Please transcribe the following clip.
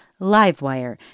LiveWire